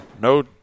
no